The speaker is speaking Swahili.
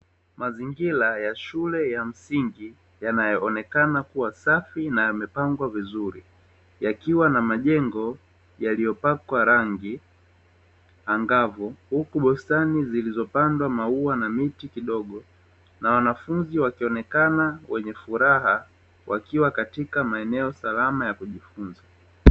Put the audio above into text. Mazingira ya shule ya msingi yanayoonekana kuwa safi na yamepangwa vizuri. Yakiwa na majengo yaliyopakwa rangi angavu, huku bustani zilizopandwa maua na miti kidogo, na wanafunzi wakionekana wenye furaha wakiwa katika maeneo salama ya kujifunza.